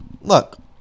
look